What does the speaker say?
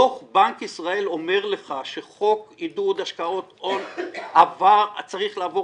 דו"ח בנק ישראל אומר לך שחוק עידוד השקעות הון צריך לעבור